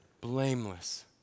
blameless